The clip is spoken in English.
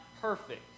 perfect